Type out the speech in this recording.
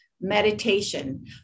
meditation